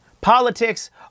Politics